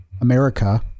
America